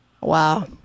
Wow